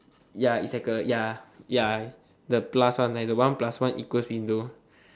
ya it's like a ya ya the plus one like the one plus one equal window